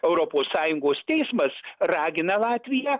europos sąjungos teismas ragina latviją